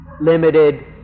limited